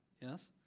yes